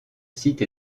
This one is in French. site